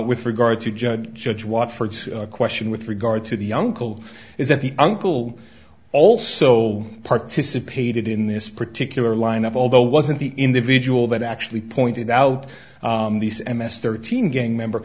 with regard to judge judge watford's a question with regard to the young cole is that the uncle also participated in this particular line of although wasn't the individual that actually pointed out these m s thirteen gang member